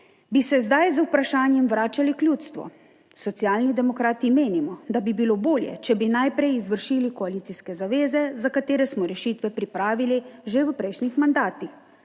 bi se zdaj z vprašanjem vračali k ljudstvu. Socialni demokrati menimo, da bi bilo bolje, če bi najprej izvršili koalicijske zaveze, za katere smo rešitve pripravili že v prejšnjih mandatih;